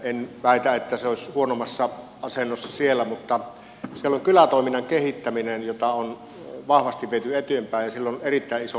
en väitä että se olisi huonommassa asennossa siellä mutta siellä on kylätoiminnan kehittäminen jota on vahvasti viety eteenpäin ja sillä on erittäin iso merkitys maaseudulla